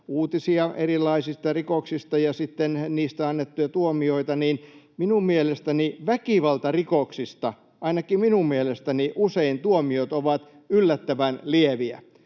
uutisia erilaisista rikoksista ja sitten niistä annettuja tuomioita, usein tuomiot väkivaltarikoksista — ainakin minun mielestäni — ovat yllättävän lieviä.